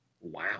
Wow